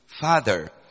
Father